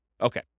Okay